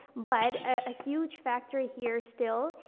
but a, a huge factor here, still,